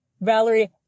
Valerie